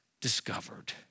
discovered